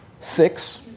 six